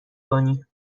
کنی